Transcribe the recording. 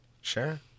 Sure